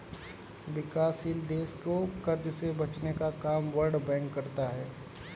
विकासशील देश को कर्ज से बचने का काम वर्ल्ड बैंक करता है